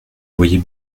voyez